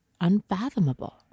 unfathomable